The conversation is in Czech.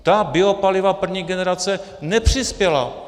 Ta biopaliva první generace nepřispěla.